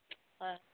হয়